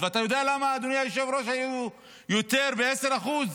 ואתה יודע, אדוני היושב-ראש, למה היו יותר ב-10%?